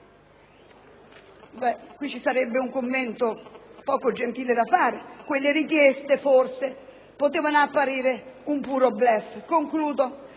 Qui ci sarebbe un commento poco gentile da fare: quelle richieste forse potevano apparire un puro *bluff*.